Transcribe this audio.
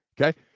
Okay